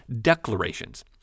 declarations